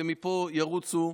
ומפה ירוצו,